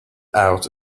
out